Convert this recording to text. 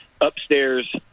upstairs